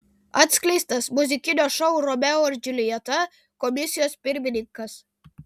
atskleistas muzikinio šou romeo ir džiuljeta komisijos pirmininkas